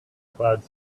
cloud